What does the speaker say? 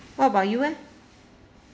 what about you eh